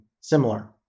similar